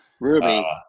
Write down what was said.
ruby